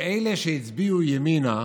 שאלה שהצביעו ימינה,